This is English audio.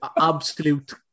absolute